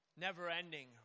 never-ending